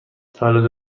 تولد